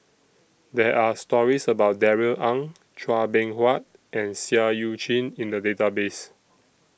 There Are stories about Darrell Ang Chua Beng Huat and Seah EU Chin in The Database